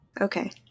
Okay